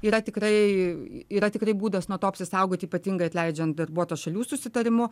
yra tikrai yra tikrai būdas nuo to apsisaugoti ypatingai atleidžiant darbuotoją šalių susitarimu